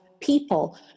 people